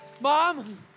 Mom